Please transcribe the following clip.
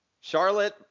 Charlotte